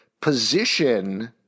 position –